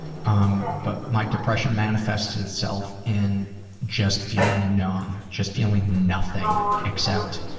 um but my depression manifests itself in just feeling numb. just feeling nothing except